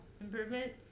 improvement